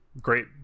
great